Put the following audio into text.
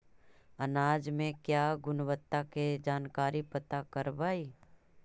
अनाज मे क्या गुणवत्ता के जानकारी पता करबाय?